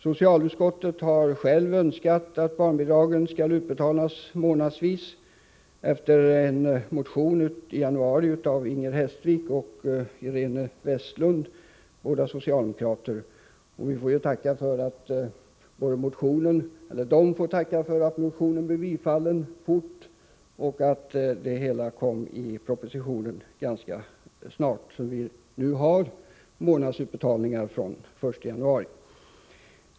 Socialutskottet har självt önskat att barnbidragen skall utbetalas månadsvis, efter en motion i januari i år av Inger Hestvik och Iréne Vestlund, båda socialdemokrater. De får tacka för att motionen blev bifallen fort och för att förslaget kom i propositionen snart, så att vi nu har månadsutbetalningar från den 1 januari.